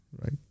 right